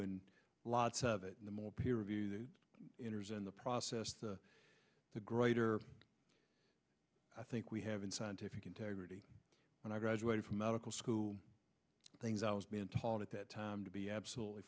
and lots of it the more peer reviewed enters in the process the the greater i think we have in scientific integrity when i graduated from medical school things i was been taught at that time to be absolutely